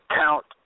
count